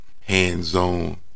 hands-on